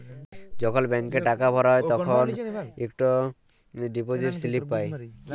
যখল ব্যাংকে টাকা ভরা হ্যায় তখল ইকট ডিপজিট ইস্লিপি পাঁই